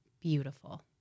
beautiful